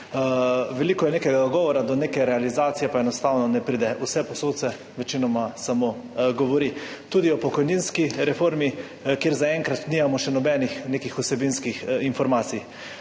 veliko je nekega govora, do realizacije pa enostavno ne pride. Vsepovsod se večinoma samo govori. Tudi o pokojninski reformi, kjer zaenkrat nimamo še nobenih nekih vsebinskih informacij.